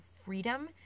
freedom